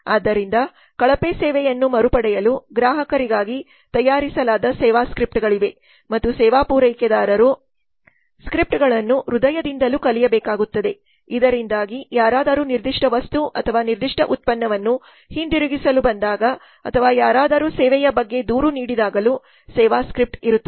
ಆದ್ದರಿಂದ ಕಳಪೆ ಸೇವೆಯನ್ನು ಮರುಪಡೆಯಲು ಗ್ರಾಹಕರಿಗಾಗಿ ತಯಾರಿಸಲಾದ ಸೇವಾ ಸ್ಕ್ರಿಪ್ಟ್ಗಳಿವೆ ಮತ್ತು ಸೇವಾ ಪೂರೈಕೆದಾರರು ಈ ಸ್ಕ್ರಿಪ್ಟ್ಗಳನ್ನು ಹೃದಯದಿಂದಲೂ ಕಲಿಯಬೇಕಾಗುತ್ತದೆ ಇದರಿಂದಾಗಿ ಯಾರಾದರೂ ನಿರ್ದಿಷ್ಟ ವಸ್ತು ಅಥವಾ ನಿರ್ದಿಷ್ಟ ಉತ್ಪನ್ನವನ್ನು ಹಿಂದಿರುಗಿಸಲು ಬಂದಾಗ ಅಥವಾ ಯಾರಾದರೂ ಸೇವೆಯ ಬಗ್ಗೆ ದೂರು ನೀಡಿದಾಗಲೂ ಸೇವಾ ಸ್ಕ್ರಿಪ್ಟ್ ಇರುತ್ತವೆ